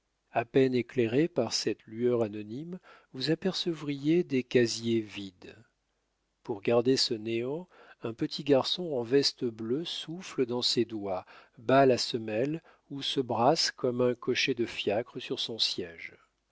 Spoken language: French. a peine éclairé par cette lueur anonyme vous apercevriez des casiers vides pour garder ce néant un petit garçon en veste bleue souffle dans ses doigts bat la semelle ou se brasse comme un cocher de fiacre sur son siége